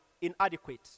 inadequate